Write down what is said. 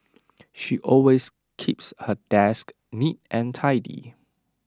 she always keeps her desk neat and tidy